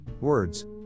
words